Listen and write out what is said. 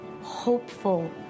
hopeful